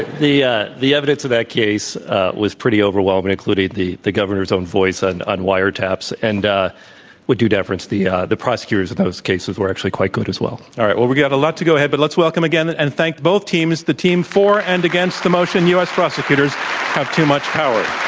the ah the evidence in that case was pretty overwhelming, including the the governor's own voice on on wiretaps and with due deference, the yeah the prosecutors in those cases were actually quite good as well. all right. well, we have a lot to go ahead, but let's welcome again and thank both teams, the teams for and against the motion u. s. prosecutors have too much power.